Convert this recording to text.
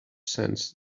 sends